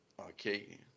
okay